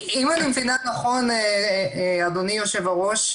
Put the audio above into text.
אם אני מבינה נכון, אדוני היושב ראש,